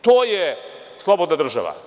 To je slobodna država.